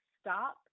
stop